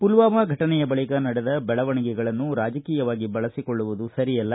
ಪುಲ್ವಾಮಾ ಫಟನೆಯ ಬಳಿಕ ನಡೆದ ಬೆಳವಣಿಗೆಗಳನ್ನು ರಾಜಕೀಯವಾಗಿ ಬಳಸಿಕೊಳ್ಳುವುದು ಸರಿಯಲ್ಲ